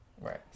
Right